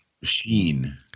Machine